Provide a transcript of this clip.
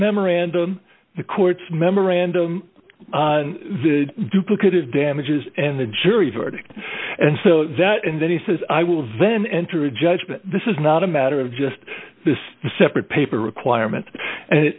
memorandum the court's memorandum on the duplicative damages and the jury verdict and so that and then he says i will then enter a judgment this is not a matter of just this separate paper requirement and